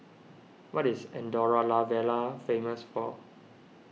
what is Andorra La Vella famous for